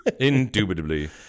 Indubitably